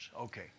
Okay